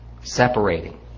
separating